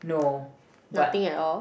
no but